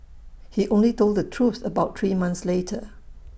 he only told the truth about three months later